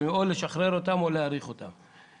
או לשחרר אותם או להאריך את התקנות.